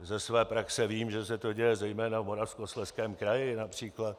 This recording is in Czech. Ze své praxe vím, že se to děje zejména v Moravskoslezském kraji například.